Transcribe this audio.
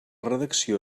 redacció